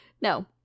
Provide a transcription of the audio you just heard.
No